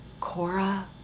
Cora